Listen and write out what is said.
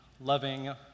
loving